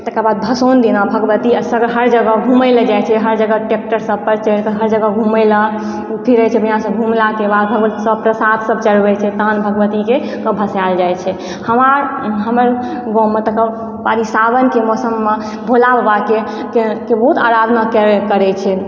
तकर बाद भसाओन दिना भगवती हर जगह घूमय लए जाय छै हर जगह ट्रैकटर सब पर चढि के हर जगह घूमय लए फिरै छै बढ़िऑं सॅं घूमला के बाद भगवती प्रसाद सब चढ़बै छै तहन भगवती के भसायल जाइ छै हम अहाँ हमर गाँव मे तऽ भरि सावन के मौसम मे तऽ भोला बाबा के बहुत आराधना करै छै